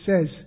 says